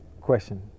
question